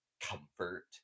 comfort